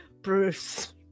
Bruce